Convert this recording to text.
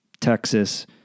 Texas